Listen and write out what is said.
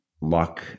luck